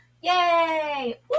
Yay